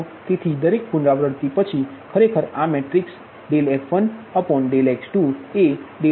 તેથી દરેક પુનરાવૃત્તિ પછી ખરેખર આ મેટ્રિક્સf1x2